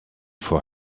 for